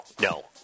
no